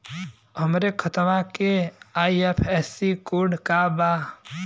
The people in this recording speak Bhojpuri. हमरे खतवा के आई.एफ.एस.सी कोड का बा?